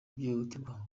by’ihohoterwa